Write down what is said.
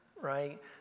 right